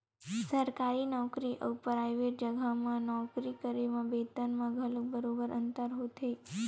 सरकारी नउकरी अउ पराइवेट जघा म नौकरी करे म बेतन म घलो बरोबर अंतर होथे